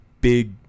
big